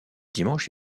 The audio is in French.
dimanche